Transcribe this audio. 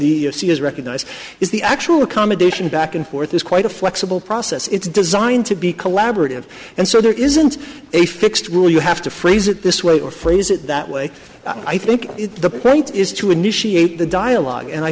is recognise is the actual accommodation back and forth is quite a flexible process it's designed to be collaborative and so there isn't a fixed rule you have to phrase it this way or phrase it that way i think the point is to initiate the dialogue and i